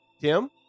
Tim